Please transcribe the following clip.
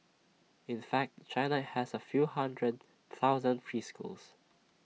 in fact China has A few hundred thousand preschools